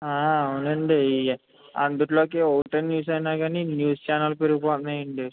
అవునండి అందుట్లోకి ఒకటే న్యూస్ అయిన కానీ న్యూస్ ఛానెల్స్ పెరిగిపోతున్నాయి అండి